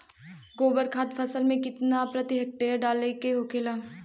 गोबर खाद फसल में कितना प्रति हेक्टेयर डाले के होखेला?